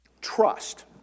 Trust